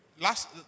last